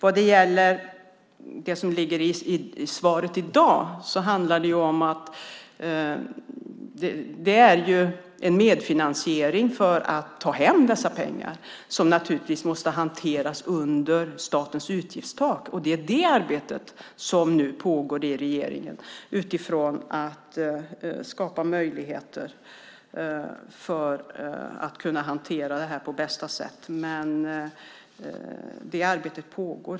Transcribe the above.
I dag gäller det att ta hem dessa pengar, något som naturligtvis måste hanteras under statens utgiftstak. Det arbetet pågår i regeringen för att skapa möjligheter för att hantera detta på bästa sätt.